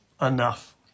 enough